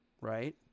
right